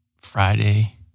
Friday